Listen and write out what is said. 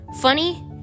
funny